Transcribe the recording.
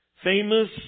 famous